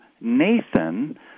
Nathan